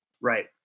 Right